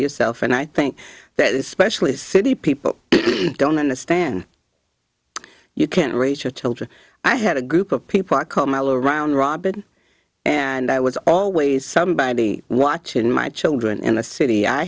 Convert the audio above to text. yourself and i think that is specially city people don't understand you can't raise your children i had a group of people i called my little round robin and i was always somebody watching my children in a city i